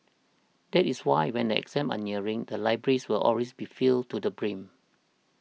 that is why when the exams are nearing the libraries will always be filled to the brim